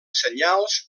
senyals